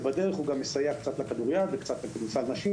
ובדרך הוא מסייע גם לכדוריד ולכדורסל נשים